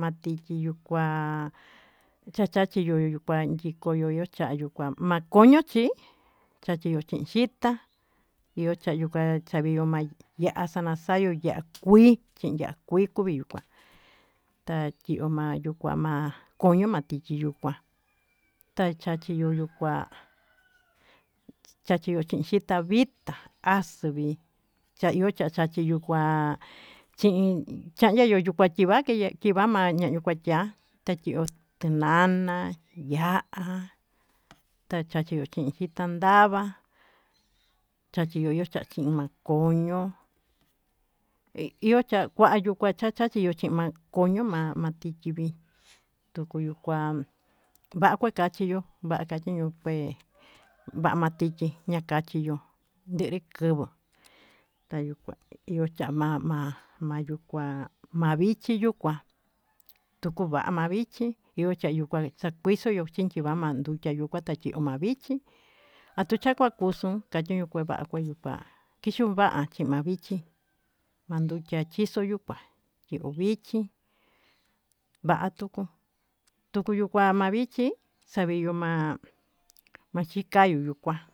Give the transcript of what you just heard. ma tityi yukua chachachiyo nyiko yo io cha'a yukua ma koño chi chachiyo chi'i xita io chara yukua io cha'a saviyo ma ya'a sanasayo ya'a kuii chi'i ya'a kuii kuivi yukua ta tyiyo ma yukua ma koño ma tityi yukua tachachiyo yukua chachiyo chi'i xita vita as+ vi ta io cha'a chachiyo chi'i yukua chi'i cha'nyayo ña'ñu tyiva ma ñañu kuatya ta tyiyo t+nana ya'a ta chachiyo chi'i xita ndava chachiyo io cha'a io cha'a chi'i ma koño ma tityi na kachiyo nd+ri k+v+ ta yukua io cha'a ma ma ma yukua vichi yukua tuku va'a ma vichi io cha'a sa kuisoyo chintyiva ma ndutya yukua ta tyiyo ma vichi a tu chakua kusun katyiñu kue va'a kue yukua kue kisun va'a chi'i ma vichi ma ndutya chiso yukua tyiyo vichi ya'a tuku yukua ma vichi saviyo ma xikoyo yukua.